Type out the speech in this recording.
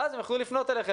ואז הם יוכלו לפנות אליכם.